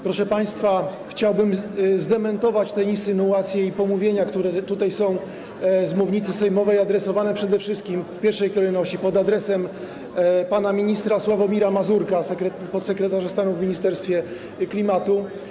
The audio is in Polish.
Proszę państwa, chciałbym zdementować te insynuacje i pomówienia, które są z mównicy sejmowej adresowane w pierwszej kolejności pod adresem pana ministra Sławomira Mazurka, podsekretarza stanu w Ministerstwie Klimatu.